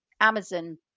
Amazon